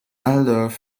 although